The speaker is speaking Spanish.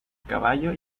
caballo